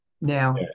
Now